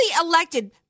elected